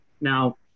Now